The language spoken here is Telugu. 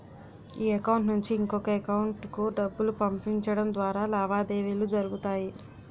ఈ అకౌంట్ నుంచి ఇంకొక ఎకౌంటుకు డబ్బులు పంపించడం ద్వారా లావాదేవీలు జరుగుతాయి